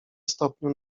stopniu